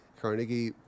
Carnegie